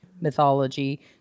mythology